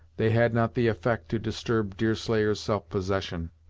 they had not the effect to disturb deerslayer's self possession.